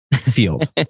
Field